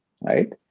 right